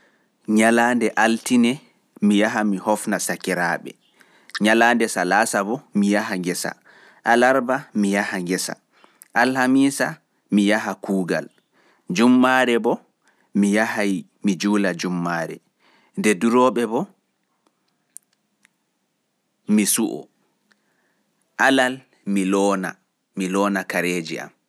Nyalaande altine mi yaha mi hofna sakiraaɓe, Salasa mi yaha ngesa, alarba mi yaha ngesa, alhamisa ngesa. Jumɓaare bo mi yaha juulirde mi juula. Nde durooɓe mi siwto, alal bo mi loona kareeji am.